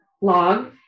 log